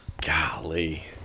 Golly